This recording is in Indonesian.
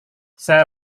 saya